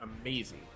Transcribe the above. amazing